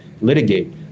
litigate